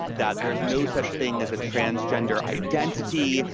that there's no such thing as a transgender identity,